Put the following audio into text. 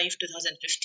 2015